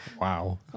Wow